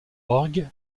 orgue